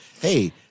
hey